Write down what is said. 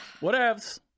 whatevs